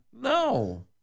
No